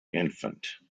infant